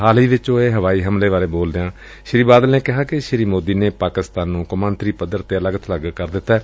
ਹਾਲ ਹੀ ਵਿਚ ਹੋਏ ਹਵਾਈ ਹਮਲੇ ਬਾਰੇ ਬੋਲਦਿਆਂ ਸ੍ਰੀ ਬਾਦਲ ਨੇ ਕਿਹਾ ਕਿ ਸ੍ਰੀ ਮੋਦੀ ਨੇ ਪਾਕਿਸਤਾਨ ਨੂੰ ਅੰਤਰਰਾਸਟਰੀ ਪੱਧਰ ਤੇ ਅਲੱਗ ਥਲੱਗ ਕਰ ਦਿੱਤੈ